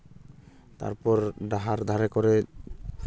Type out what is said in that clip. ᱛᱟᱨᱯᱚᱨ ᱰᱟᱦᱟᱨ ᱫᱷᱟᱨᱮ ᱠᱚᱨᱮᱫ